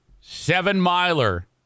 Seven-Miler